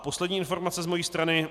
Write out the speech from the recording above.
Poslední informace z mojí strany.